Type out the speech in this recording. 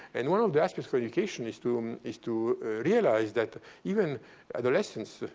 and one of the aspects of education is to um is to realize that even adolescents,